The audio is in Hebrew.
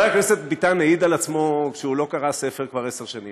חברת הכנסת ביטן העיד על עצמו שהוא לא קרא ספר כבר עשר שנים,